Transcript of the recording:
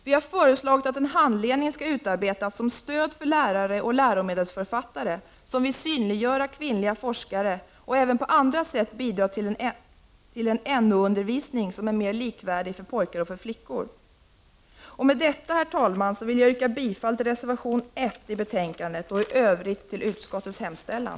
Vi har föreslagit att en handledning skall utarbetas som stöd för lärare och läromedelsförfattare, där man vill synliggöra kvinnliga forskare och även på andra sätt bidra till en NO-undervisning som är mer likvärdig för pojkar och för flickor. Med detta, herr talman, vill jag yrka bifall till reservation 1 vid betänkandet och i övrigt till utskottets hemställan.